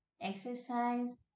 exercise